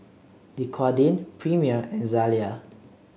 Dequadin Premier and Zalia